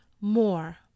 more